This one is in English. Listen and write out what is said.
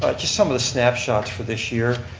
ah just some of the snapshots for this year.